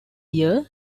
year